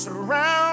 Surround